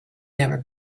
never